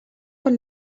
per